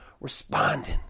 responding